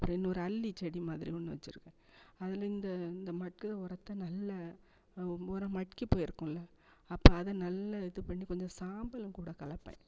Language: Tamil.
அப்புறம் இன்னொரு அல்லிச்செடி மாதிரி ஒன்று வச்சுருக்கேன் அதில் இந்த இந்த மக்குன உரத்த நல்ல உரம் மக்கி போயிருக்குல்லை அப்போ அதை நல்ல இது பண்ணி கொஞ்சம் சாம்பலும் கூட கலப்பேன்